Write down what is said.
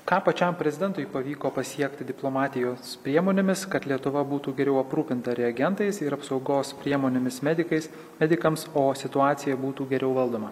ką pačiam prezidentui pavyko pasiekti diplomatijos priemonėmis kad lietuva būtų geriau aprūpinta reagentais ir apsaugos priemonėmis medikais medikams o situacija būtų geriau valdoma